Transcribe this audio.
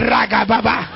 Ragababa